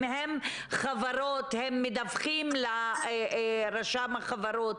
אם הם חברות, הם מדווחים לרשם החברות.